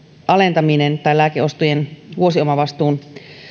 alentaminen lääkeostojen vuosiomavastuun